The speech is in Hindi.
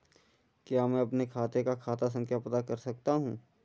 क्या मैं अपने खाते का खाता संख्या पता कर सकता हूँ?